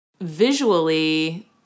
Visually